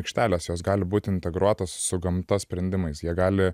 aikštelės jos gali būti integruotos su gamta sprendimais jie gali